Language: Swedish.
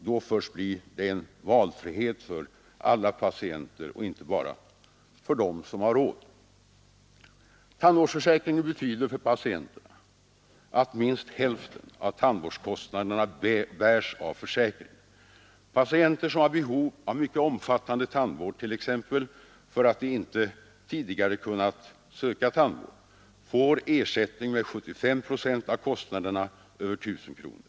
Då först blir det en valfrihet för alla patienter och inte bara för dem som har råd. Tandvårdsförsäkringen betyder för patienterna att minst hälften av tandvårdskostnaderna bärs av försäkringen. Patienter som har behov av mycket omfattande tandvård — t.ex. för att de inte tidigare kunnat söka tandvård — får ersättning med 75 procent av kostnaderna över 1 000 kronor.